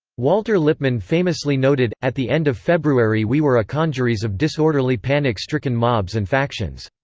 walter lippmann famously noted at the end of february we were a congeries of disorderly panic-stricken mobs and factions.